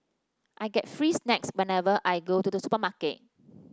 I get free snacks whenever I go to the supermarket